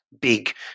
big